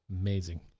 Amazing